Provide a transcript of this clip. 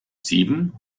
sieben